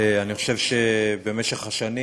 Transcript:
אני חושב שבמשך השנים